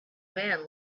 man